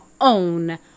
own